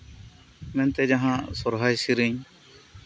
ᱢᱮᱱᱛᱮ ᱡᱟᱦᱟ ᱥᱚᱨᱦᱟᱭ ᱥᱮᱨᱮᱧ